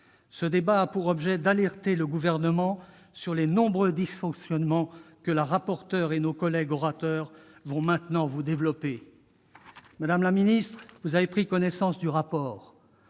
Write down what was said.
Ce débat a pour objet d'alerter le Gouvernement sur les nombreux dysfonctionnements que la rapporteure et nos collègues orateurs vont maintenant exposer. Vous avez pris connaissance du rapport,